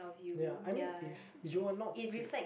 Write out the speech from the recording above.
ya I mean if you are not sick